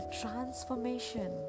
transformation